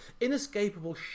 inescapable